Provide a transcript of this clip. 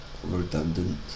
redundant